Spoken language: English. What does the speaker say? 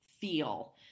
feel